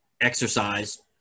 exercise